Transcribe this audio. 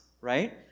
right